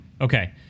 Okay